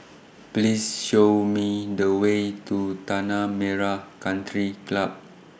Please Show Me The Way to Tanah Merah Country Club